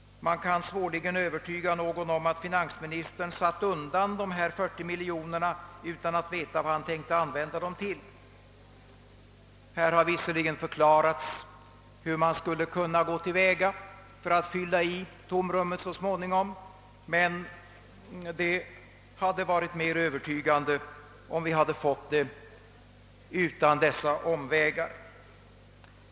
Man kan svårligen övertyga någon om att finansministern satt undan dessa 40 miljoner utan att veta vad han skulle använda dem till. Här har visserligen förklarats hur man skulle kunna gå till väga för att så småningom fylla tom rummet, men det hade varit mer övertygande om vi hade fått medlen utan att gå dessa omvägar.